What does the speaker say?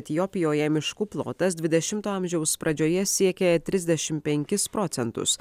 etiopijoje miškų plotas dvidešimto amžiaus pradžioje siekė trisdešim penkis procentus